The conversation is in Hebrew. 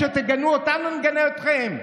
כשתגנו אותנו, נגנה אתכם.